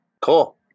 Cool